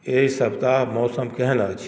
एहि सप्ताह मौसम केहन अछि